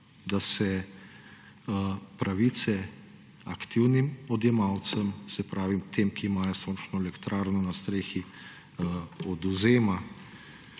da se pravice aktivnim odjemalcem, se pravi tem, ki imajo sončno elektrarno na strehi, odvzemajo.